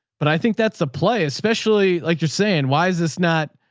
but i think that's the play, especially like you're saying, why is this not?